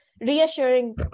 reassuring